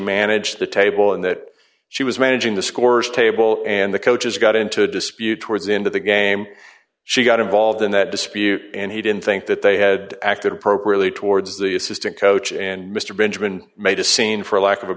managed the table and that she was managing the scores table and the coaches got into a dispute towards into the game she got involved in that dispute and he didn't think that they had acted appropriately towards the assistant coach and mr benjamin made a scene for lack of a